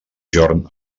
jorn